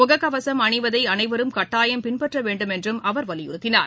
முகக்கவசம் அனிவதை அனைவரும் கட்டாயம் பின்பற்ற வேண்டும் என்றும் அவர் வலியுறுத்தினார்